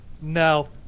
No